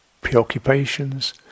preoccupations